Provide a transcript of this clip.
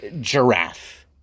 giraffe